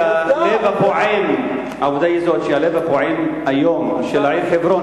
שהיום הלב הפועם של העיר חברון,